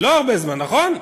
לא הרבה זמן, נכון?